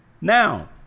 now